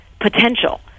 potential